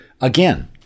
again